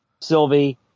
Sylvie